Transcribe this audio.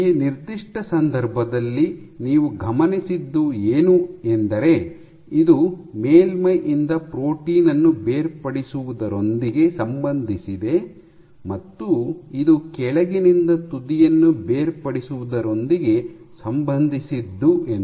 ಈ ನಿರ್ದಿಷ್ಟ ಸಂದರ್ಭದಲ್ಲಿ ನೀವು ಗಮನಿಸಿದ್ದು ಏನು ಎಂದರೆ ಇದು ಮೇಲ್ಮೈಯಿಂದ ಪ್ರೋಟೀನ್ ಅನ್ನು ಬೇರ್ಪಡಿಸುವುದರೊಂದಿಗೆ ಸಂಬಂಧಿಸಿದೆ ಮತ್ತು ಇದು ಕೆಳಗಿನಿಂದ ತುದಿಯನ್ನು ಬೇರ್ಪಡಿಸುವುದರೊಂದಿಗೆ ಸಂಬಂಧಿಸಿದ್ದು ಎಂದು